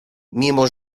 mimo